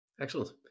excellent